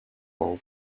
all